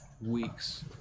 weeks